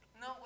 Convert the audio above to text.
No